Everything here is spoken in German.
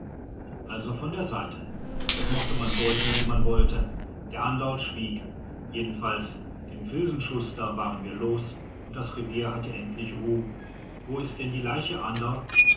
also von der seite das mocht man deuten wie man wollte der anderl schwieg jedenfalls den filzenschuster waren wir los und das revier hatte endlich ruh wo is denn die leiche anderl